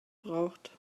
braucht